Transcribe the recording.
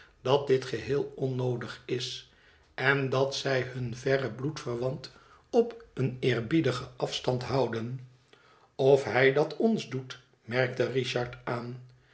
dat dit geheel onnoodig is en dat zij hun verren bloedverwant op een eerbiedigen afstand houden of hij dat ons doet merkte richard aan